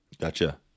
Gotcha